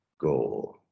goal